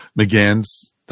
McGann's